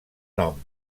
nom